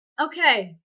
okay